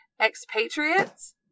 expatriates